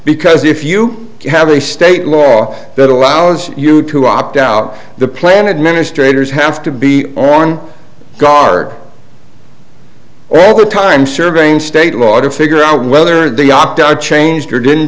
because if you have a state law that allows you to opt out the plan administrator is have to be on guard all the time surveying state law to figure out whether the opt out changed or didn't